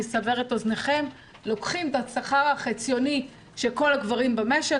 אני אסבר את אוזניכם לוקחים את השכר החציוני של כל הגברים במשק,